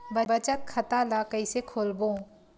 बचत खता ल कइसे खोलबों?